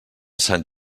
sant